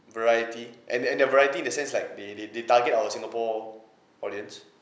variety and and their variety in the sense like they they they target our singapore audience